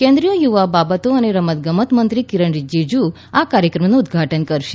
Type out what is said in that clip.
કેન્દ્રીય યુવા બાબતો અને રમતગમત મંત્રી કિરણ રિજિજુ આ કાર્યક્રમનું ઉદઘાટન કરશે